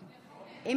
בבקשה.